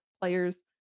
players